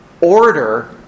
order